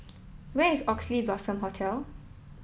where is Oxley Blossom Hotel